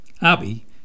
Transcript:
Abby